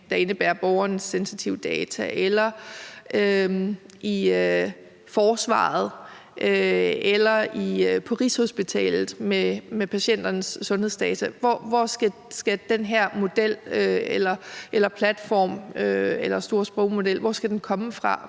der indebærer borgernes sensitive data, eller i forsvaret eller på Rigshospitalet med patienternes sundhedsdata. Hvor tænker ordføreren at den her model eller platform eller store sprogmodel skal komme fra